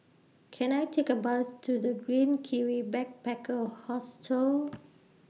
Can I Take A Bus to The Green Kiwi Backpacker Hostel